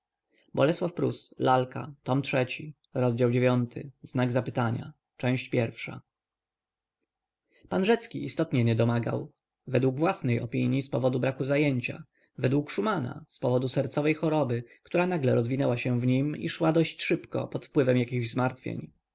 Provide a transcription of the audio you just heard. jego śmierć w bitwie z gołymi murzynami jakoś dziwnie wygląda pan rzecki istotnie nie domagał według własnej opinii z powodu braku zajęcia według szumana z powodu sercowej choroby która nagle rozwinęła się w nim i szła dosyć szybko pod wpływem jakichś zmartwień